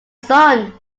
sun